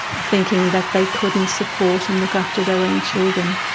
thinking that they couldn't support and look after their own children.